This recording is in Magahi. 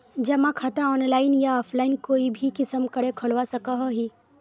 जमा खाता ऑनलाइन या ऑफलाइन कोई भी किसम करे खोलवा सकोहो ही?